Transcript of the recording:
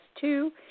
two